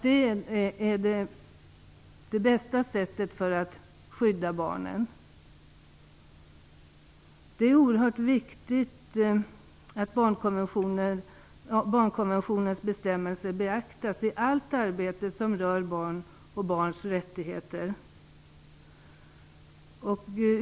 Det är bästa sättet att skydda barnen. Det är oerhört viktigt att barnkonventionens bestämmelser beaktas i allt arbete som rör barn och barns rättigheter.